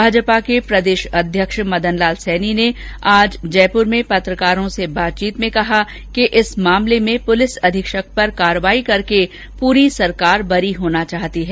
भाजपा के प्रदेशाध्यक्ष मदन लाल सैनी ने आज पत्रकारों से बातचीत में कहा कि इस मामले में पुलिस अधीक्षक पर कार्रवाई करके पूरी सरकार बरी होना चाहती है